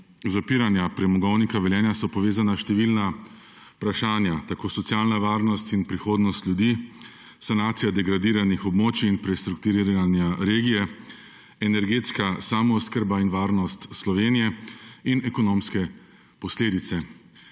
zapiranja Premogovnika Velenje so povezana številna vprašanja – socialna varnost in prihodnost ljudi, sanacija degradiranih območij in prestrukturiranje regije, energetska samooskrba in varnost Slovenije ter ekonomske posledice.